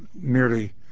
merely